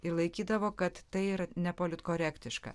ir laikydavo kad tai yra nepolitkorektiška